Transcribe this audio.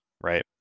right